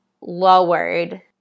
lowered